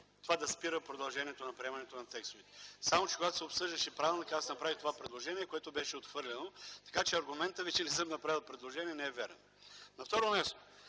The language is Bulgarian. това да спира продължаването на приемането на текстовете. Когато обаче се обсъждаше правилникът, аз направих това предложение, но то беше отхвърлено, тоест аргументът Ви, че не съм направил предложение, не е верен. На второ място,